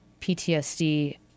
PTSD